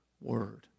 word